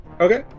Okay